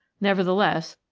nevertheless,